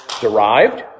derived